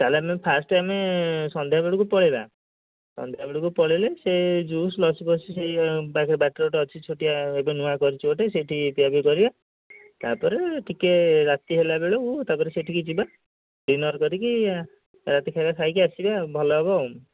ତା'ହେଲେ ଆମେ ଫାଷ୍ଟ୍ ଆମେ ସନ୍ଧ୍ୟାବେଳକୁ ପଳେଇବା ସନ୍ଧ୍ୟା ବେଳକୁ ପଳେଇଲେ ସେ ଜୁସ୍ ଲସି ଫସି ସେ ପାଖରେ ବାଟରେ ଗୋଟେ ଅଛି ଛୋଟିଆ ଏବେ ନୂଆ କରିଛି ଗୋଟେ ସେଇଠି ପିଆ ପିଇ କରିବା ତା'ପରେ ଟିକିଏ ରାତି ହେଲା ବେଳକୁ ତା'ପରେ ସେଠିକି ଯିବା ଡିନର୍ କରିକି ରାତି ଖାଇବା ଖାଇକି ଆସିବା ଭଲ ହେବ ଆଉ